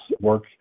work